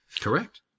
Correct